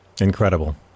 Incredible